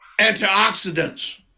antioxidants